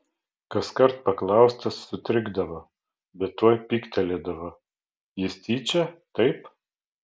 kaskart paklaustas sutrikdavo bet tuoj pyktelėdavo jis tyčia taip